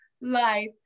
life